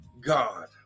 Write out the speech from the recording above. God